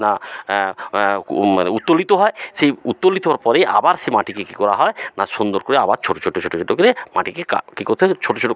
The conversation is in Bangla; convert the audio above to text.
না মানে উত্তোলিত হয় সেই উত্তোলিত হওয়ার পরেই আবার সে মাটিকে কী করা হয় না সুন্দর করে আবার ছোটো ছোটো ছোটো ছোটো করে মাটিকে কা কী করতে হয় ছোটো ছোটো